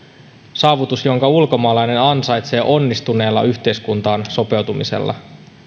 saavutus jonka ulkomaalainen ansaitsee onnistuneella yhteiskuntaan sopeutumisella